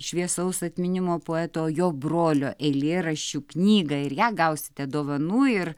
šviesaus atminimo poeto jo brolio eilėraščių knygą ir ją gausite dovanų ir